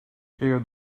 hear